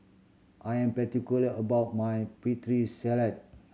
I am particular about my Putri Salad